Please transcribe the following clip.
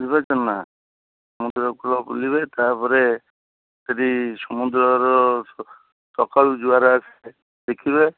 ବୁଝିପାରୁଛନ୍ତି ନା ସମୁଦ୍ରକୂଳ ବୁଲିବେ ତାପରେ ଯଦି ସମୁଦ୍ରର ସକାଳୁ ଜୁଆର ଆସେ ଦେଖିବେ